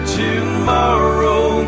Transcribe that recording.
tomorrow